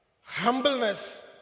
Humbleness